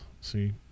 See